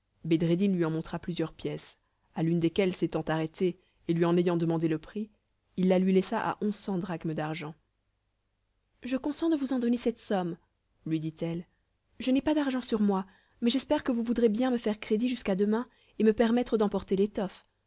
bedreddin lui en montra plusieurs pièces à l'une desquelles s'étant arrêtée et lui en ayant demandé le prix il la lui laissa à onze cents drachmes d'argent je consens de vous en donner cette somme lui dit-elle je n'ai pas d'argent sur moi mais j'espère que vous voudrez bien me faire crédit jusqu'à demain et me permettre d'emporter l'étoffe